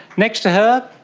next to her,